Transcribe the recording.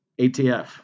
ATF